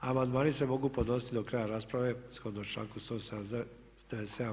Amandmani se mogu podnositi do kraja rasprave shodno članku 177.